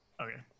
Okay